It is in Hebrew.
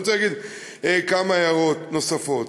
אני רוצה להגיד כמה הערות נוספות.